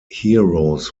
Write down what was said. heroes